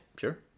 sure